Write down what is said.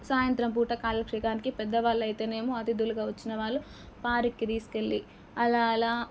సాయంత్రం పూట షికారుకి పెద్దవాళ్ళైతేనేమో అతిధులుగా వచ్చినవాళ్లు పార్క్కి తీసుకెళ్లి అలా అలా